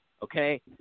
Okay